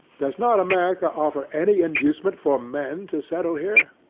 does not america offer any inducement for men to settle here?